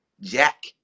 Jack